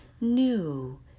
New